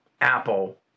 Apple